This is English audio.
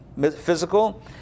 physical